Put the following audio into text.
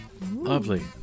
Lovely